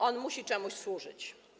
On musi czemuś służyć.